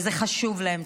וזה חשוב להם,